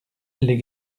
les